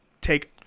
take